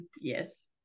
Yes